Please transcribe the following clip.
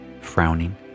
frowning